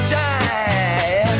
die